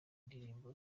ndirimbo